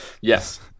Yes